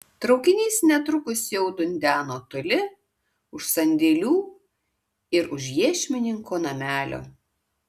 traukinys netrukus jau dundeno toli už sandėlių ir už iešmininko namelio